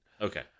Okay